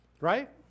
Right